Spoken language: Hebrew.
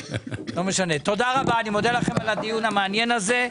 תודה רבה, אני מודה לכם על הדיון המעניין הזה.